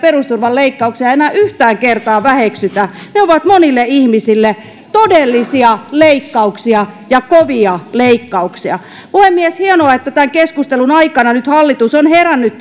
ja perusturvan leikkauksia enää yhtään kertaa väheksytä ne ovat monille ihmisille todellisia leikkauksia ja kovia leikkauksia puhemies hienoa että tämän keskustelun aikana nyt hallitus on herännyt